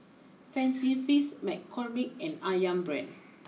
Fancy Feast McCormick and Ayam Brand